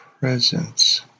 presence